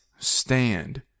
Stand